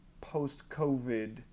post-covid